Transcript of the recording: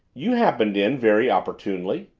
you happened in very opportunely!